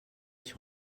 sur